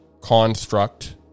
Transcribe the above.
construct